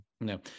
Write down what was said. No